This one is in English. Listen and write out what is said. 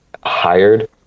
hired